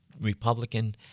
Republican